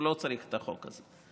הוא לא צריך את החוק הזה.